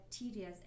bacteria